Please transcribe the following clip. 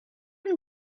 and